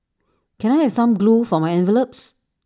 can I have some glue for my envelopes